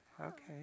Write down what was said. Okay